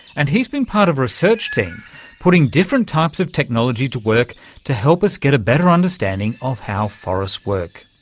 and he's been part of a research team putting different types of technology to work to help us get a better understanding of how forests work.